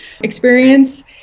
experience